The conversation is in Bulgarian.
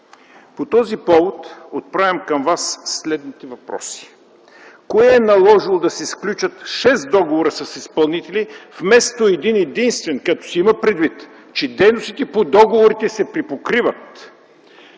По този повод отправям към Вас следните въпроси: кое е наложило да се сключат шест договора с изпълнители вместо един-единствен, като се има предвид, че дейностите по договорите се припокриват?